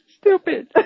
stupid